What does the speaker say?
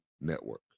Network